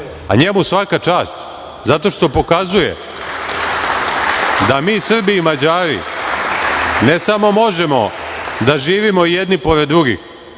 Njemu svaka čast, zato što pokazuje da mi Srbi i Mađari, ne samo možemo da živimo jedni pored drugih,